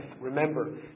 Remember